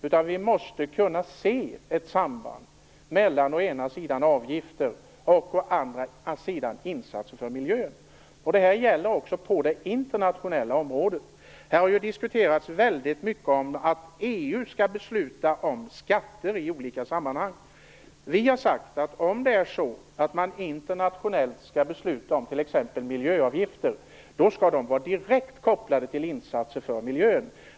Man måste kunna se ett samband mellan å ena sidan avgifter och å andra sidan insatser för miljön. Det här gäller också på det internationella området. Det har här diskuterats väldigt mycket att EU skall besluta om skatter i olika sammanhang. Vi har sagt att om man internationellt skall besluta om t.ex. miljöavgifter, skall dessa vara direkt kopplade till insatser för miljön.